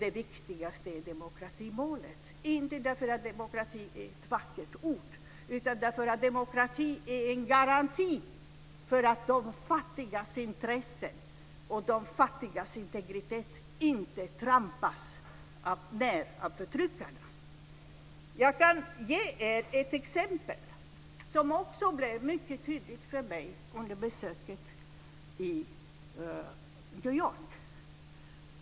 Det viktigaste är demokratimålet, inte därför att demokrati är ett vackert ord utan därför att demokrati är en garanti för att de fattigas intressen och de fattigas integritet inte trampas ned av förtryckarna. Jag kan ge er ett exempel, som också blev mycket tydligt för mig under besöket i New York.